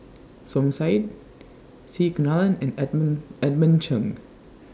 Som Said C Kunalan and Edmund Edmund Cheng